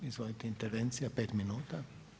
Izvolite, intervencija 5 minuta.